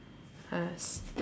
I ask